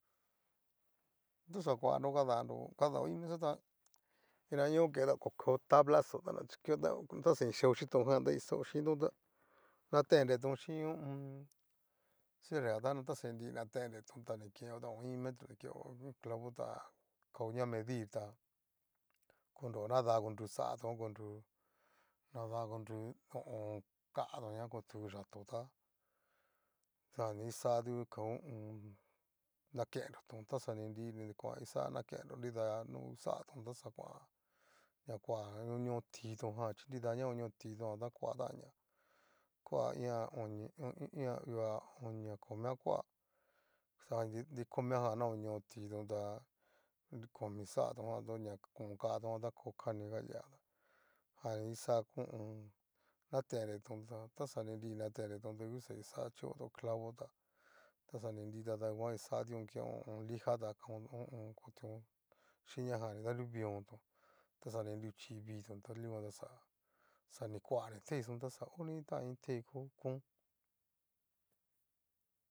Kuxa kuannro kadanro, kadao iin mesa tá nidaño ko kueo tablaxó, ta nachukio ta taxani yeo yitón jan ta kixao chíntónta natennretón chín ho o on. cierrejan tá taxaninri ni natrnnretón ta keo tao iin metro ni keo clavo ta kaoña medir ta koreo nada konru xatón, konru nada konru ho o on. katón ña kotu yato'o ta jan ni ixatu kao ho o on. nakenroto taxaninri ni kuxáa kenro nida no da uxatón ta xa kuan ña koa ña koño titón jan chí nida na oño titonjan ta koatanña koa iin a oni a i iin a uu'a onia komia koa xa nri komia jan naoño titón ta komi xaatónjan tu ña con katón jan ta ko kaniga lia, ta jan ixa natendretón ta taxaninri ni natendretón tá uni ni kuxá chioto clavo tá taxaninri tada nguan kuxation keon liga ta kao ho o on. kuitón xhín ña jan danruviónto ta xa ni nruchivitón dikuan ta xa ni kuani teixón ta xa oni tán iin tei ko kon.